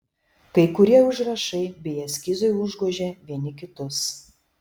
kai kurie užrašai bei eskizai užgožė vieni kitus